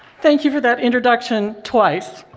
thank you for that introduction twice.